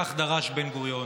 כך דרש בן-גוריון,